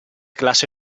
classe